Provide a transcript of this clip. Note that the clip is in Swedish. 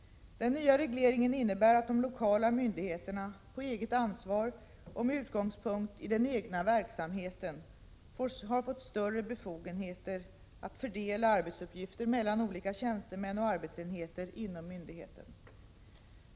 Den nya regleringen innebär att de lokala myndigheterna på eget ansvar och med utgångspunkt i den egna verksamheten har fått större befogenheter att fördela arbetsuppgifter mellan olika tjänstemän och arbetsenheter inom myndigheten.